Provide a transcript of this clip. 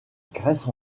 grèce